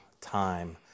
Time